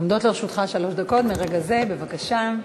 עומדות לרשותך שלוש דקות מרגע זה, בבקשה.